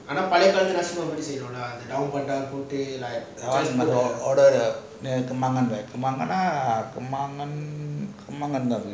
அனா பழைய காலத்து மாறி செய்யணும்:ana palaya kaalathu maari seiyanum lah like order the